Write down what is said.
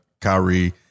Kyrie